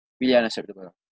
really unacceptable ah